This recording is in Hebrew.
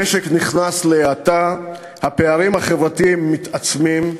המשק נכנס להאטה, הפערים החברתיים מתעצמים.